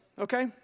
okay